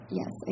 yes